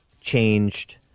changed